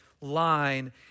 line